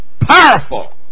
powerful